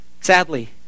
sadly